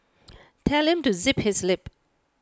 tell him to zip his lip